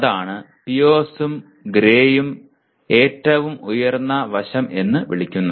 അതാണ് പിയേഴ്സും ഗ്രേയും ഏറ്റവും ഉയർന്ന വശം എന്ന് വിളിക്കുന്നത്